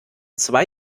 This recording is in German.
zwei